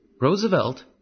Roosevelt